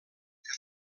que